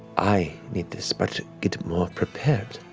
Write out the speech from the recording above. i need this, but get more prepared